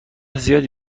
زیادی